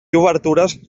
obertures